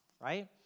right